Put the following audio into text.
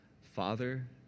Father